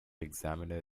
examiner